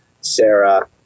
Sarah